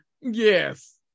Yes